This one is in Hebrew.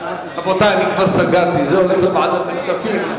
כבר סגרתי, זה הולך לוועדת הכספים.